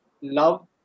love